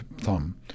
thumb